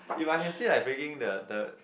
if I can see like breaking the the